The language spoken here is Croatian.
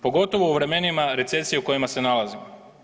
Pogotovo u vremenima recesije u kojima se nalazimo.